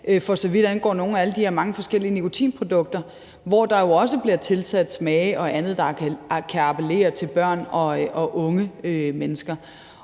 for så vidt angår nogle af alle de her mange forskellige nikotinprodukter, hvor der jo også bliver tilsat smage og andet, der kan appellere til børn og unge mennesker.